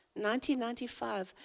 1995